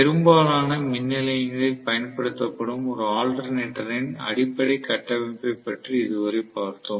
பெரும்பாலான மின் நிலையங்களில் பயன்படுத்தப்படும் ஒரு ஆல்டர்னேட்டரின் அடிப்படை கட்டமைப்பை பற்றி இதுவரை பார்த்தோம்